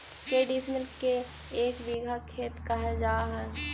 के डिसमिल के एक बिघा खेत कहल जा है?